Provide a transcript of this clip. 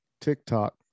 tiktok